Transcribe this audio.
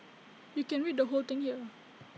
you can read the whole thing here